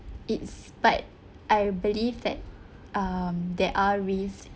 it's but I believe that um there are risks